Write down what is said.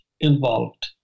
involved